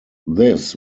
this